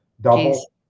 Double